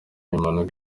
impanuka